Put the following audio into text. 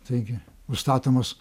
taigi užstatomos